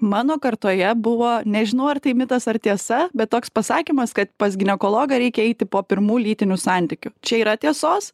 mano kartoje buvo nežinau ar tai mitas ar tiesa bet toks pasakymas kad pas ginekologą reikia eiti po pirmų lytinių santykių čia yra tiesos